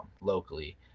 locally